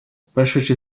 прошедший